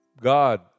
God